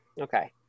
Okay